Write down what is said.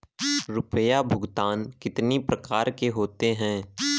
रुपया भुगतान कितनी प्रकार के होते हैं?